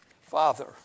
Father